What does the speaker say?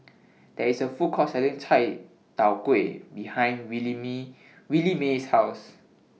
There IS A Food Court Selling Chai Tow Kway behind Williemae's House